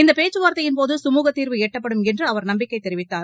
இந்த பேச்சுவார்த்தையின் போது சுமூக தீர்வு எட்டப்படும் என்று அவர் நம்பிக்கை தெரிவித்தார்